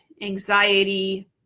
anxiety